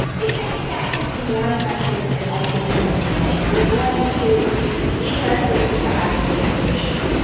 i think that can be more effective than also than simply saying, we're going to be less racist by having different leadership.